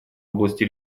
области